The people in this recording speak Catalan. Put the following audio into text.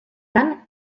tant